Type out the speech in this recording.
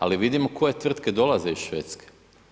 Ali vidimo koje tvrtke dolaze iz Švedske.